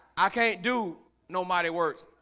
i can't do nobody works.